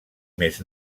més